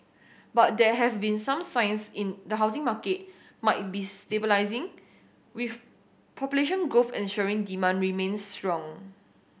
but there have been some signs in the housing market might be stabilising with population growth ensuring demand remains strong